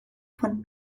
von